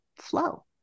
flow